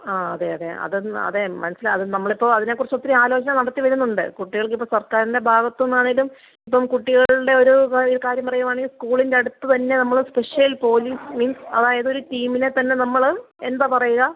ആ അതെ അതെ അതെന്ന് അതെ മനസ്സിലാകും നമ്മളിപ്പോൾ അതിനെക്കുറിച്ച് ഒത്തിരി ആലോചന നടത്തിവരുന്നുണ്ട് കുട്ടികൾക്കിപ്പം സർക്കാരിൻ്റെ ഭാഗത്തുനിന്നാണെങ്കിലും ഇപ്പം കുട്ടികളുടെയൊരു പ കാര്യം പറയുവാണെങ്കിൽ സ്കൂളിൻ്റെ അടുത്ത് തന്നെ നമ്മൾ സ്പെഷ്യൽ പോലീസ് മീൻസ് അതായതൊരു ടീമിനെത്തന്നെ നമ്മൾ എന്താണ് പറയുക